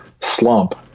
slump